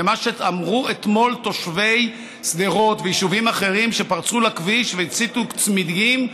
ומה שאמרו אתמול תושבי שדרות ויישובים אחרים שפרצו לכביש והציתו צמיגים,